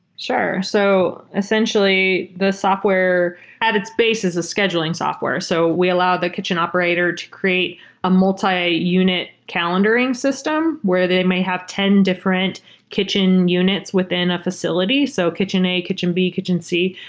sure. so essentially, the software at its base is a scheduling software. so we allow the kitchen operator to create a multiunit calendaring system where they may have ten different kitchen units within a facility. so kitchen a, kitchen b, kitchen c.